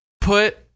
put